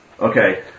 Okay